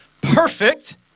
perfect